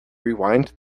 rewind